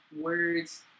words